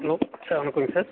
hello sir வணக்கம் sir